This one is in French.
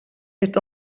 est